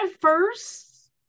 first